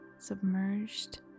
Submerged